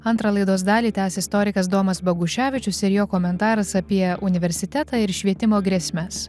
antrą laidos dalį tęs istorikas domas boguševičius ir jo komentaras apie universitetą ir švietimo grėsmes